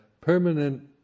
permanent